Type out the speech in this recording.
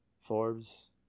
Forbes